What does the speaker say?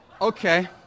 okay